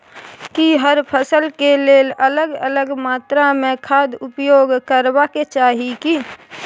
की हर फसल के लेल अलग अलग मात्रा मे खाद उपयोग करबाक चाही की?